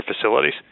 facilities